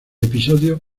episodio